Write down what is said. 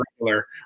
regular